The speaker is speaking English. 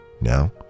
Now